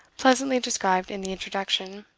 pleasantly described in the introduction.